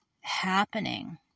happening